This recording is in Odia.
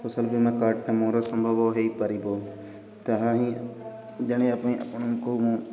ଫସଲ ବୀମା କାର୍ଡ଼ଟା ମୋର ସମ୍ଭବ ହେଇପାରିବ ତାହା ହିଁ ଜାଣିବା ପାଇଁ ଆପଣଙ୍କୁ ମୁଁ